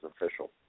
official